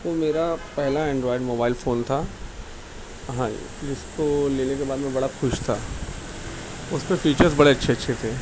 وہ میرا پہلا اینڈرائڈ موبائل فون تھا ہاں جی جس کو لینے کے بعد میں بڑا خوش تھا اس کے فیچرس بڑے اچھے اچھے تھے